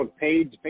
page